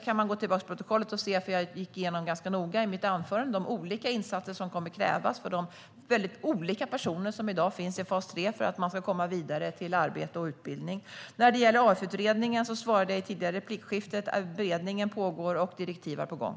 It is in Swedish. Man kan gå tillbaka och titta i protokollet och se att jag i mitt anförande ganska noga gick igenom de olika insatser som kommer att krävas för de mycket olika personer som i dag finns i fas 3 för att de ska komma vidare till arbete och utbildning. När det gäller AF-utredningen svarade jag i ett tidigare replikskifte att beredningen pågår och direktiv är på gång.